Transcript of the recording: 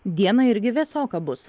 dieną irgi vėsoka bus